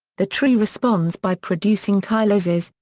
the tree responds by producing tyloses,